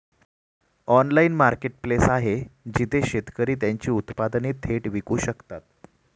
Online marketplace आहे जिथे शेतकरी त्यांची उत्पादने थेट विकू शकतात?